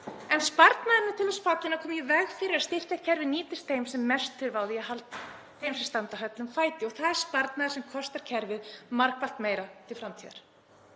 En sparnaðurinn er til þess fallinn að koma í veg fyrir að styrkjakerfið nýtist þeim sem mest þurfa á því að halda, þeim sem standa höllum fæti, og þess sparnaðar sem kostar kerfið margfalt meira til framtíðar.